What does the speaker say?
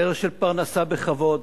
ערך של פרנסה בכבוד,